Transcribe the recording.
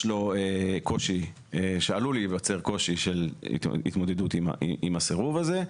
עלול להיווצר קושי של התמודדות עם הסירוב הזה,